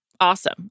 awesome